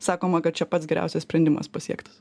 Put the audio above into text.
sakoma kad čia pats geriausias sprendimas pasiektas